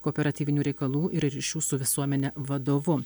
kooperatyvinių reikalų ir ryšių su visuomene vadovu